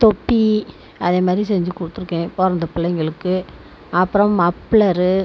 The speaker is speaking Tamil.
தொப்பி அதே மாதிரி செஞ்சு கொடுத்துருக்கேன் பிறந்த பிள்ளைங்களுக்கு அப்புறம் மப்ளரு